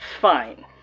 fine